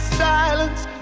silence